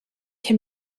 can